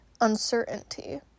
uncertainty